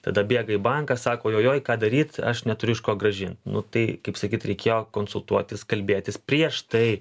tada bėga į banką sako ojoj ką daryt aš neturiu iš ko grąžint nu tai kaip sakyt reikėjo konsultuotis kalbėtis prieš tai